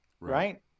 right